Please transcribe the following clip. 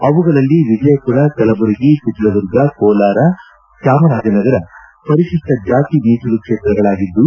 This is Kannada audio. ಅವುಗಳಲ್ಲಿ ವಿಜಯಪುರ ಕಲಬುರಗಿ ಚಿತ್ರದುರ್ಗ ಕೋಲಾರ ಚಾಮರಾಜನಗರ ಪರಿಶಿಷ್ಟ ಜಾತಿ ಮೀಸಲು ಕ್ಷೇತ್ರಗಳಾಗಿದ್ದು